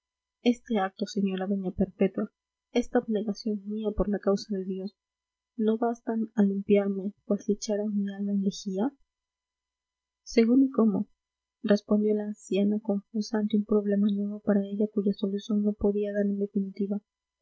este acto señora doña perpetua esta abnegación mía por la causa de dios no bastan a limpiarme cual si echaran mi alma en lejía según y cómo respondió la anciana confusa ante un problema nuevo para ella cuya solución no podía dar